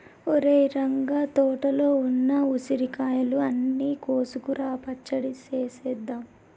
ఒరేయ్ రంగ తోటలో ఉన్న ఉసిరికాయలు అన్ని కోసుకురా పచ్చడి సేసేద్దాం